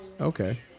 Okay